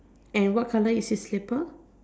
and what colour is his slipper